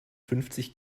fünfzig